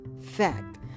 fact